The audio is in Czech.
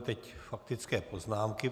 Teď faktické poznámky.